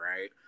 right